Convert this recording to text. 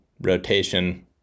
rotation